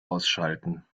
ausschalten